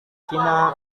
cina